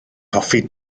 hoffi